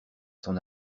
son